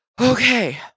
Okay